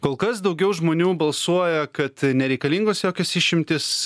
kol kas daugiau žmonių balsuoja kad nereikalingos jokios išimtys